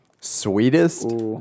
Sweetest